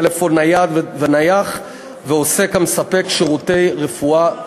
טלפון נייד ונייח ועוסק המספק שירותי רפואה דחופה.